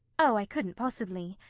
oh, i couldn't possibly.